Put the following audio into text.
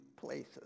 places